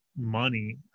money